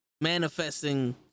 manifesting